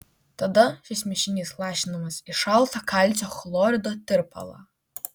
tada šis mišinys lašinamas į šaltą kalcio chlorido tirpalą